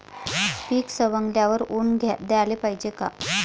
पीक सवंगल्यावर ऊन द्याले पायजे का?